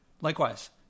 Likewise